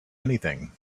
anything